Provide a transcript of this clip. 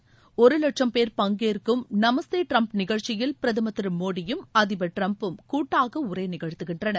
் ஒரு லட்சம் பேர் பங்கேற்கும் நமஸ்தே டிரம்ப் நிகழ்ச்சியில் பிரதமர் திரு மோடியும் அதிபர் டிரம்ப்பும் கூட்டாக உரை நிகழ்த்துகின்றனர்